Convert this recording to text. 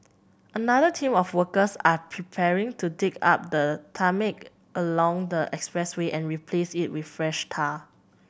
another team of workers are preparing to dig up the tarmac along the expressway and replace it with fresh tar